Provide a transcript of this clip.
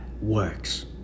works